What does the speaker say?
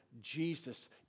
Jesus